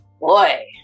Boy